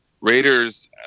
Raiders